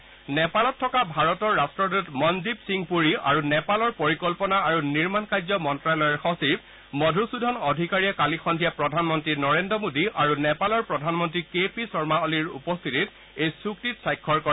ভাৰতৰ নেপালত থকা ৰাট্টদূত মনজিৱ সিং পুৰী আৰু নেপালৰ পৰিকল্পনা আৰু নিৰ্মাণ কাৰ্য মন্ত্ৰালয়ৰ সচিব মধুসূদন অধিকাৰীয়ে কালি সন্ধিয়া প্ৰধানমন্ত্ৰী নৰেদ্ৰ মোদী আৰু নেপালৰ প্ৰধানমন্ত্ৰী কে পি শৰ্মা অলিৰ উপস্থিতিত এই চুক্তিত স্বাক্ষৰ কৰে